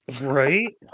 Right